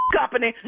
company